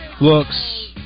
looks